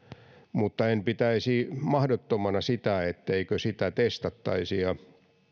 mutta en pitäisi mahdottomana sitä etteikö sitä testattaisi ja